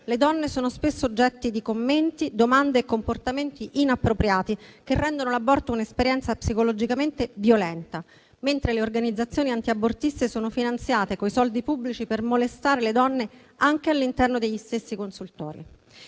le donne sono spesso oggetto di commenti, domande e comportamenti inappropriati che rendono l’aborto un’esperienza psicologicamente violenta. Tutto ciò mentre le organizzazioni antiabortiste sono finanziate coi soldi pubblici per molestare le donne anche all’interno degli stessi consultori.